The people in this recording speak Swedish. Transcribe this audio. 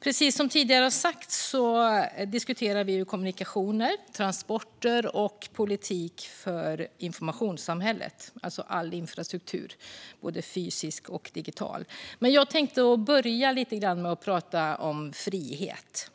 Precis som tidigare har sagts diskuterar vi kommunikationer, transporter och politik för informationssamhället, alltså infrastruktur, både fysisk och digital. Men jag tänkte börja med att prata lite grann om frihet.